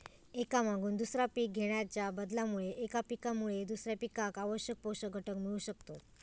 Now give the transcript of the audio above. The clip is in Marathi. एका मागून दुसरा पीक घेणाच्या बदलामुळे एका पिकामुळे दुसऱ्या पिकाक आवश्यक पोषक घटक मिळू शकतत